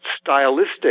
stylistic